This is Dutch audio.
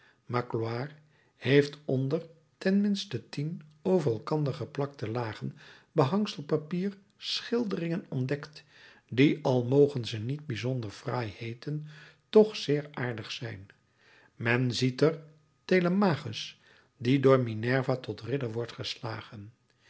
magloire heeft onder ten minste tien over elkander geplakte lagen behangselpapier schilderingen ontdekt die al mogen ze niet bijzonder fraai heeten toch zeer aardig zijn men ziet er telemachus die door minerva tot ridder wordt geslagen